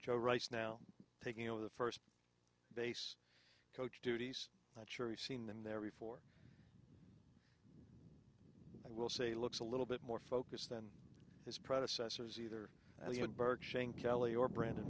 joe rice now taking over the first base coach duties not sure we've seen them there before i will say looks a little bit more focused than his predecessors either at burke shane kelly or brand